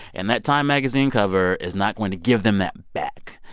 and that time magazine cover is not going to give them that back.